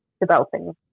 developing